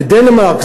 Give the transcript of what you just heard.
לדנמרק.